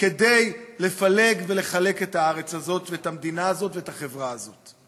כדי לחלק ולפלג את הארץ הזאת ואת המדינה הזאת ואת החברה הזאת.